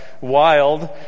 Wild